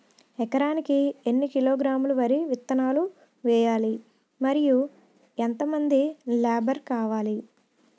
ఎకరానికి ఎన్ని కిలోగ్రాములు వరి విత్తనాలు వేయాలి? మరియు ఎంత మంది లేబర్ కావాలి?